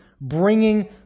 bringing